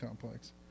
complex